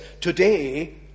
today